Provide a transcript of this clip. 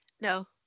No